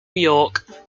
york